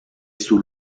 sous